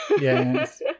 yes